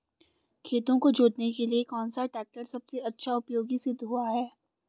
खेतों को जोतने के लिए कौन सा टैक्टर सबसे अच्छा उपयोगी सिद्ध हुआ है?